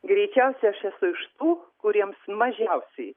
greičiausiai aš esu iš tų kuriems mažiausiai